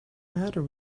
matter